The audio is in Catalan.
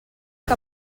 que